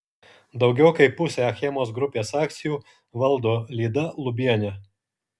daugiau kaip pusę achemos grupės akcijų valdo lyda lubienė